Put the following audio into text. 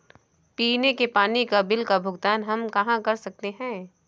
पीने के पानी का बिल का भुगतान हम कहाँ कर सकते हैं?